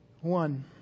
One